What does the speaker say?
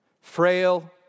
Frail